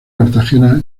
cartagena